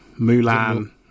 mulan